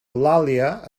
eulàlia